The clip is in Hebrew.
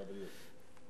לבריאות.